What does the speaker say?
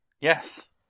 yes